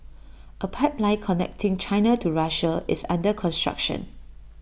A pipeline connecting China to Russia is under construction